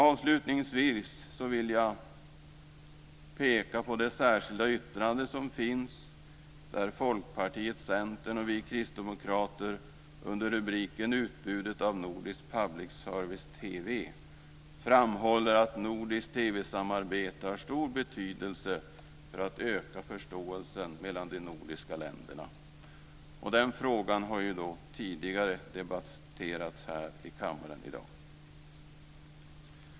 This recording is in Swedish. Avslutningsvis vill jag peka på det särskilda yttrande som finns, där Folkpartiet, Centern och vi kristdemokrater under rubriken "Utbudet av nordisk public service-TV" framhåller att nordiskt TV samarbete har stor betydelse för att öka förståelsen mellan de nordiska länderna. Den frågan har debatterats tidigare i dag i kammaren.